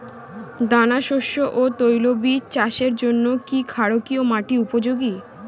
দানাশস্য ও তৈলবীজ চাষের জন্য কি ক্ষারকীয় মাটি উপযোগী?